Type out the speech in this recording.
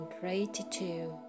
gratitude